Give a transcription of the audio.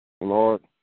Lord